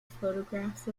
photographs